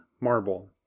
marble